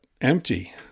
empty